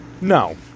No